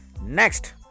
Next